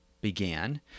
began